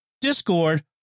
discord